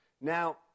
now